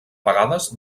vegades